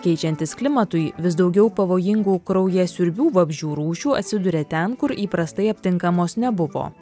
keičiantis klimatui vis daugiau pavojingų kraujasiurbių vabzdžių rūšių atsiduria ten kur įprastai aptinkamos nebuvo